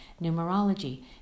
numerology